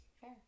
Fair